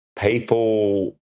people